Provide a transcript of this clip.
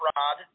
Rod